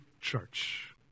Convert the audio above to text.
Church